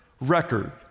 record